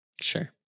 Sure